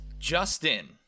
Justin